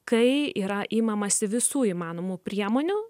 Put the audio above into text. kai yra imamasi visų įmanomų priemonių